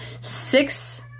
six